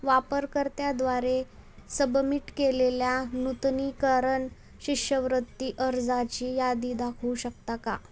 वापरकर्त्याद्वारे submit केलेल्या नूतनीकरण शिष्यवृत्ती अर्जाची यादी दाखवू शकता का